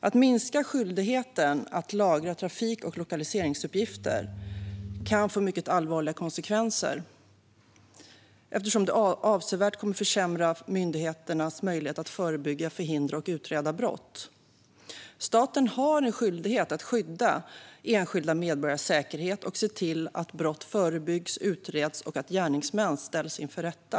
Att minska skyldigheten att lagra trafik och lokaliseringsuppgifter kan få mycket allvarliga konsekvenser, eftersom det avsevärt kommer att försämra myndigheternas möjligheter att förebygga, förhindra och utreda brott. Staten har en skyldighet att skydda enskilda medborgares säkerhet och se till att brott förebyggs och utreds och att gärningsmän ställs inför rätta.